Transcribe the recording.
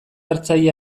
hartzaile